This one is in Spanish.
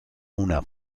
una